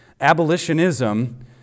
Abolitionism